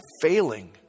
failing